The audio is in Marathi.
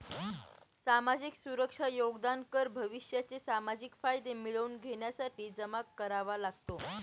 सामाजिक सुरक्षा योगदान कर भविष्याचे सामाजिक फायदे मिळवून घेण्यासाठी जमा करावा लागतो